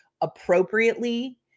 appropriately